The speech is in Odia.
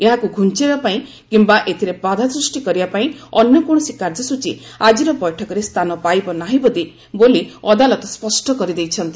ଏହାକୁ ଘୁଞ୍ଚାଇବା ପାଇଁ କିମ୍ବା ଏଥିରେ ବାଧା ସୃଷ୍ଟି କରିବା ପାଇଁ ଅନ୍ୟ କୌଣସି କାର୍ଯ୍ୟସୂଚୀ ଆଜିର ବୈଠକରେ ସ୍ଥାନ ପାଇବ ନାହିଁ ବୋଲି ଅଦାଲତ ସ୍ୱଷ୍ଟ କରିଦେଇଛନ୍ତି